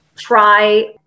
Try